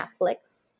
Netflix